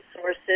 sources